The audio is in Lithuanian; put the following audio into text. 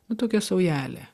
nu tokia saujelė